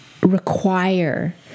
require